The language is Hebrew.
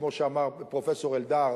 כמו שאמר פרופסור אלדד,